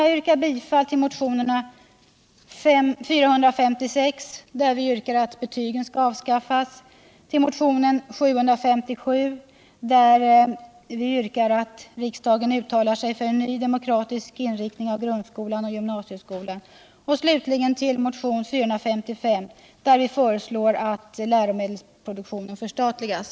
Jag yrkar bifall till motionen 456, där vi yrkar att betygen avskaffas, till motionen 757, där vi yrkar att riksdagen uttalar sig för en ny demokratisk inriktning av grundskolan och gymnasieskolan, och slutligen till motionen 455, där vi föreslår att läromedelsproduktionen förstatligas.